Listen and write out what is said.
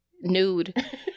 nude